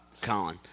Colin